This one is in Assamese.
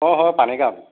অ হয় পানীগাঁৱত